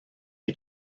you